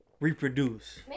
reproduce